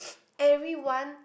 everyone